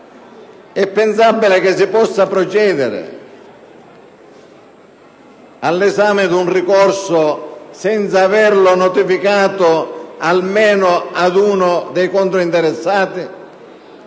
È pensabile che si possa procedere all'esame di un ricorso senza averlo notificato almeno ad uno dei controinteressati?